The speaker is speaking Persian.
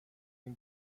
این